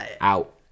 out